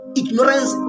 ignorance